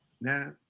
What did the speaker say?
now